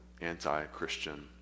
anti-Christian